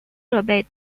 设备